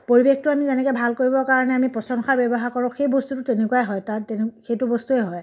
পৰিৱেশটো আমি যেনেকৈ ভাল কৰিবৰ কাৰণে আমি পচন সাৰ ব্যৱহাৰ কৰোঁ সেই বস্তুটো তেনেকুৱাই হয় তাত তেনে সেইটো বস্তুৱেই হয়